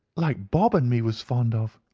like bob and me was fond of.